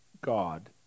God